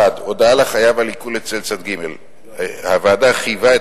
1. הודעה לחייב על עיקול אצל צד ג' הוועדה חייבה את